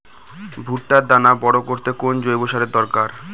ভুট্টার দানা বড় করতে কোন জৈব সারের দরকার?